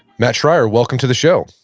matt schrier welcome to the show